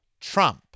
Trump